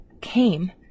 came